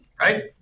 right